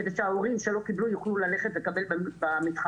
כדי שההורים שלא קיבלו יוכלו ללכת ולקבל במתחמים.